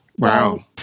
Wow